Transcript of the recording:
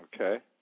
Okay